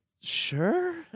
Sure